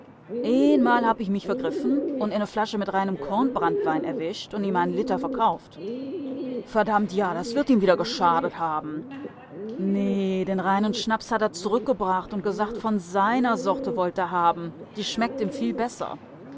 eenmal hab ich mich vergriffen und eene flasche mit reinem kornbranntwein erwischt und ihm ein liter verkauft verdammt ja das wird ihm wieder geschadet haben nee den reinen schnaps hat a zurückgebracht und gesagt von seiner sorte wollt a haben die schmeckt ihm viel besser